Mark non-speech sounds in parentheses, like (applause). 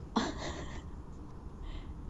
(laughs)